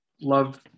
love